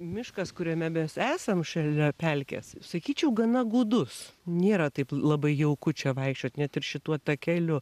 miškas kuriame mes esam šalia pelkės sakyčiau gana gūdus nėra taip labai jauku čia vaikščiot net ir šituo takeliu